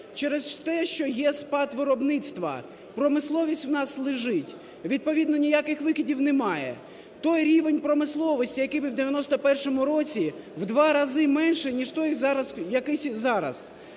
Через те, що є спад виробництва, промисловість у нас лежить, відповідно ніяких викидів немає, той рівень промисловості, який був в 91-му році, в два рази менший, ніж той зараз, який зараз.